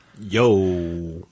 Yo